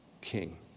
king